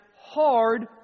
hard